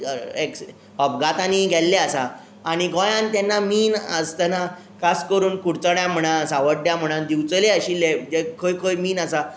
x अपघातांनी गेल्ले आसा आनी गोंयान तेन्ना मिन आसताना खास करून कुडचड्या म्हणात सावड्या म्हणात दिवचले आशिल्ले जे खंय खंय मिन आसा